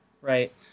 Right